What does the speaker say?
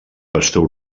pastor